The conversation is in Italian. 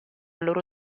loro